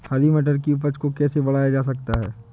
हरी मटर की उपज को कैसे बढ़ाया जा सकता है?